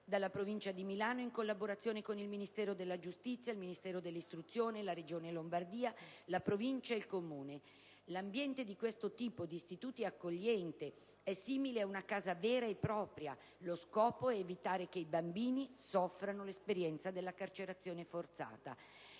dalla Provincia di Milano in collaborazione con il Ministero della giustizia, il Ministero dell'istruzione, la Regione Lombardia e il Comune di Milano. L'ambiente di questo tipo di istituti è accogliente ed è simile a una casa vera e propria: lo scopo è evitare che i bambini soffrano l'esperienza della carcerazione forzata.